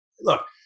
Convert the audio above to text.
look